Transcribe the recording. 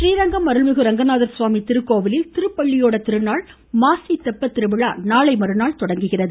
றீரங்கம் அருள்மிகு அரங்கநாதசுவாமி திருக்கோவிலில் திருப்பள்ளியோடத் ஸ்ரீரங்கம் திருநாள் மாசித்தெப்பத் திருவிழா நாளை மறுநாள் தொடங்குகிறது